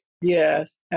Yes